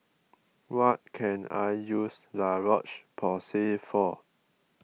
what can I use La Roche Porsay for